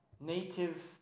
native